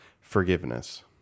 Forgiveness